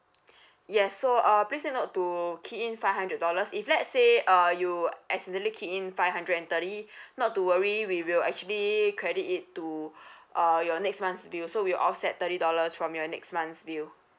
yes so uh please take note to key in five hundred dollars if let's say uh you accidentally key in five hundred and thirty not to worry we will actually credit it to uh your next month's bill so we off set thirty dollars from your next month's bill